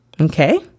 Okay